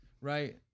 right